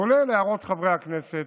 כולל הערות חברי הכנסת,